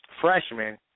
freshman